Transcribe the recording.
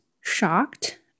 shocked